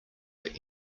that